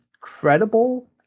credible